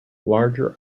larger